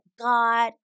God